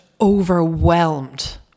overwhelmed